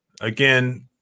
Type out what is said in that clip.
Again